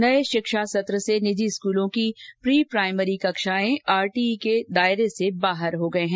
नये शिक्षा सत्र से निजी स्कूलों की प्री प्राइमरी कक्षाएं आरटीई के दायरे से बाहर हो गए हैं